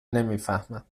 نمیفهمم